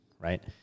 right